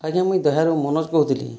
ଆଜ୍ଞା ମୁଇଁ ଦେହାରୁ ମନୋଜ କହୁଥିଲି